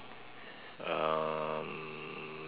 um